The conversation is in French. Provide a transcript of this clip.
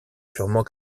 purement